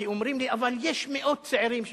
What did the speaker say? כי אומרים לי: אבל יש מאות צעירים שמתנדבים.